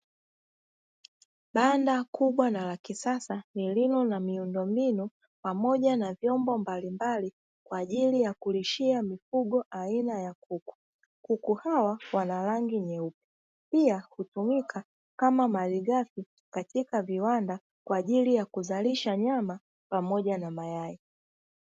banda kubwa na la kisasa lililo na miundo mbinu pamoja na vyombo mbalimbali kwa ajili ya kulishia mifugo aina ya kuku, kuku hawa wana rangi nyeupe pia hutumika kama malighafi katika viwanda kwa ajili ya kuzalisha nyama pamoja na mayai.